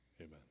Amen